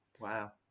Wow